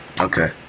Okay